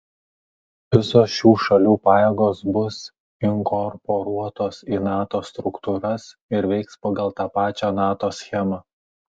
visos šių šalių pajėgos bus inkorporuotos į nato struktūras ir veiks pagal tą pačią nato schemą